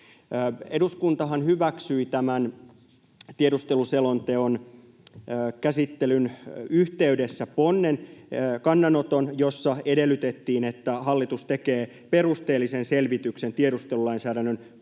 Eduskuntahan hyväksyi tämän tiedusteluselonteon käsittelyn yhteydessä ponnen, kannanoton, jossa edellytettiin, että hallitus tekee perusteellisen selvityksen tiedustelulainsäädännön palomuurisääntelyn